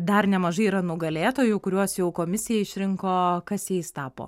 dar nemažai yra nugalėtojų kuriuos jau komisija išrinko kas jais tapo